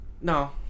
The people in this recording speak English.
No